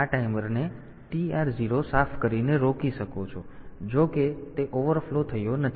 તેથી તમે આ ટાઈમરને TR 0 સાફ કરીને રોકી શકો છો જો કે તે ઓવરફ્લો થયો નથી